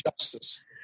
justice